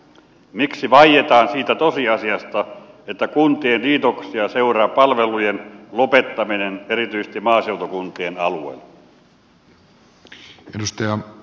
miksi vaietaan siitä tosiasiasta että kuntien liitoksia seuraa palvelujen lopettaminen erityisesti maaseutukuntien alueella